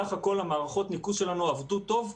בסך הכול מערכות הניקוז שלנו עבדו טוב.